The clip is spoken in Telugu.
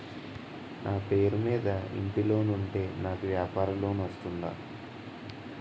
నా పేరు మీద ఇంటి లోన్ ఉంటే నాకు వ్యాపార లోన్ వస్తుందా?